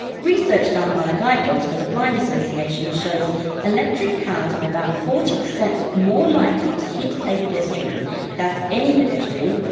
research done by the guide dogs for the blind association shows electric cars are about forty percent more likely to hit a pedestrian that's any pedestrian,